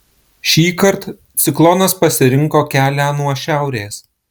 šįkart ciklonas pasirinko kelią nuo šiaurės